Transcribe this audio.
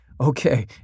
okay